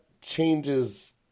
changes